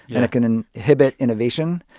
and it can and inhibit innovation.